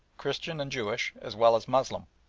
christian and jewish as well as moslem.